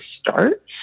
start